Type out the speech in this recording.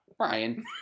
Ryan